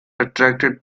attracted